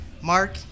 Mark